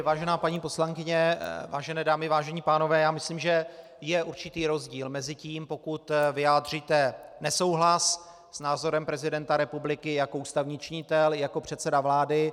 Vážená paní poslankyně, vážené dámy, vážení pánové, já myslím, že je určitý rozdíl mezi tím, pokud vyjádříte nesouhlas s názorem prezidenta republiky jako ústavní činitel, jako předseda vlády.